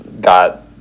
got